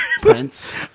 Prince